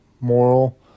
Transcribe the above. moral